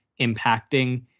impacting